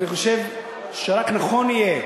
אני חושב שרק נכון יהיה